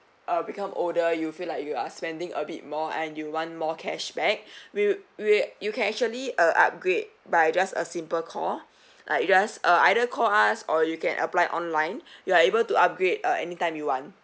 uh become older you feel like you are spending a bit more and you want more cashback we we you can actually uh upgrade by just a simple call like just uh either call us or you can apply online you are able to upgrade uh anytime you want